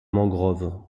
mangrove